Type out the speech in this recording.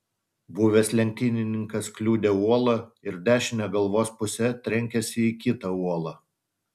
buvęs lenktynininkas kliudė uolą ir dešine galvos puse trenkėsi į kitą uolą